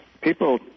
people